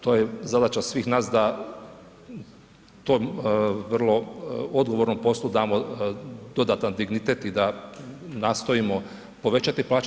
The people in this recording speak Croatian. To je zadaća svih nas da to vrlo odgovornom poslu damo dodatan dignitet i da nastojimo povećati plaće.